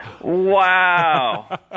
Wow